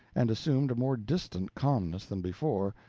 and assumed a more distant calmness than before,